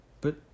But